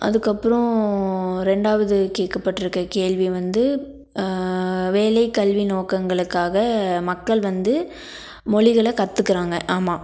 அதுக்கப்புறோம் ரெண்டாவது கேட்கப்பட்ருக்க கேள்வி வந்து வேலை கல்வி நோக்கங்களுக்காக மக்கள் வந்து மொழிகளை கற்றுக்குறாங்க ஆமாம்